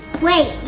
wait,